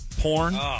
porn